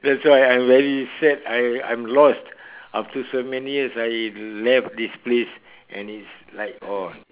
that's why I'm very sad I I'm lost after so many years I left this place and it's like !whoa!